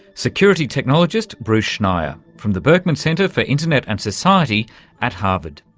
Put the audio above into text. security technologist bruce schneier from the berkman centre for internet and society at harvard.